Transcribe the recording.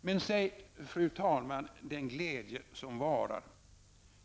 Men säg, fru talman, den glädje som varar!